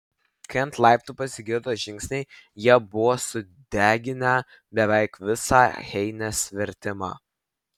kai ant laiptų pasigirdo žingsniai jie buvo sudeginę beveik visą heinės vertimą